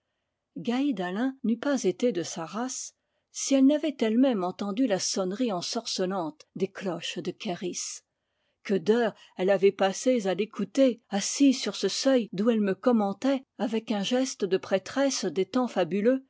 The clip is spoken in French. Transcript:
gaïd alain n'eût pas été de sa race si elle n'avait ellemême entendu la sonnerie ensorcelante des cloches de ker is que d'heures elle avait passées à l'écouter assise sur ce seuil d'où elle me commentait avec un geste de prêtresse des temps fabuleux